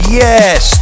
yes